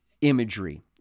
imagery